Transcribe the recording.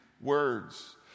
words